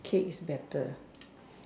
cake is better